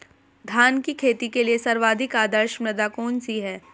धान की खेती के लिए सर्वाधिक आदर्श मृदा कौन सी है?